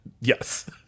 Yes